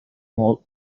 mall